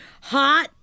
hot